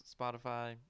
Spotify